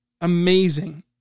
amazing